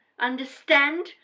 understand